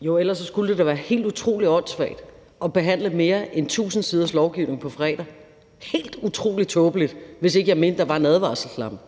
Jo, for ellers ville det da være helt utrolig åndssvagt at behandle mere end 1.000 sider lovgivning på fredag – helt utrolig tåbeligt – hvis ikke jeg mente, der var en advarselslampe.